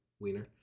wiener